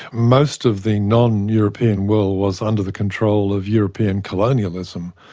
most of the non-european world was under the control of european colonialism.